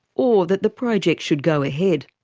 or that the project should go ahead.